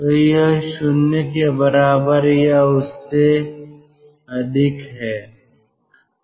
तो यह 0 के बराबर या उससे अधिक है